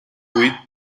huit